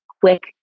quick